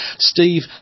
Steve